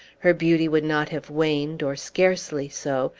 her beauty would not have waned or scarcely so,